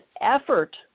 effort